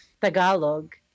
Tagalog